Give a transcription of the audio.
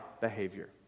behavior